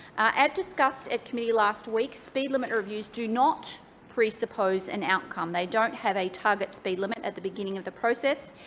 discussed at committee last week, speed limit reviews do not presuppose an outcome. they don't have a target speed limit at the beginning of the process.